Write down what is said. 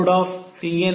20Cnn1